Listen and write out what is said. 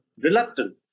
reluctant